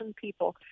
people